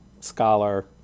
scholar